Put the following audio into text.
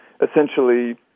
essentially